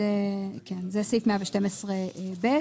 כך קובע סעיף 112(ב).